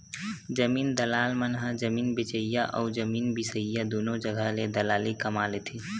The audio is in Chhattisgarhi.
जमीन दलाल मन ह जमीन बेचइया अउ जमीन बिसईया दुनो जघा ले दलाली कमा लेथे